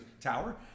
Tower